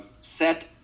set